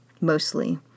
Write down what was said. Mostly